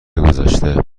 گذشته